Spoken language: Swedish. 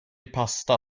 pasta